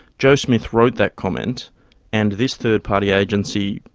joe smith wrote that comment and this third party agency,